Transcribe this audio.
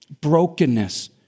brokenness